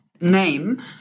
name